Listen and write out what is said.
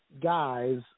guys